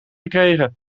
gekregen